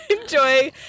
enjoy